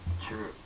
True